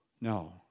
no